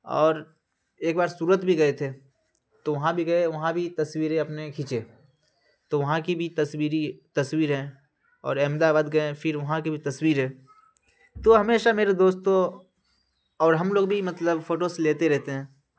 اور ایک بار سورت بھی گئے تھے تو وہاں بھی گئے وہاں بھی تصویریں اپنے کھیچے تو وہاں کی بھی تصویری تصویر ہیں اور احمد آباد گئے پھر وہاں کی بھی تصویر ہے تو ہمیشہ میرے دوستو اور ہم لوگ بھی مطلب فوٹوز لیتے رہتے ہیں